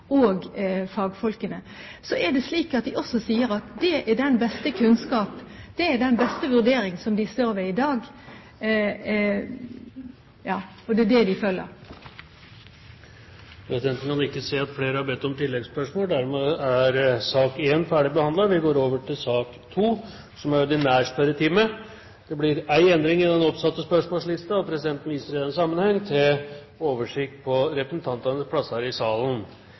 og ikke minst for barnet. Det er grunnleggende at vi må ha det skillet mellom oss politikere og fagfolk. De sier også at det er den beste kunnskap og den beste vurdering som de har i dag. Og det er det de følger. Dermed er den muntlige spørretimen omme. Det blir én endring i den oppsatte spørsmålslisten, og presidenten viser i den sammenheng til den oversikten som er omdelt på representantenes plasser i salen.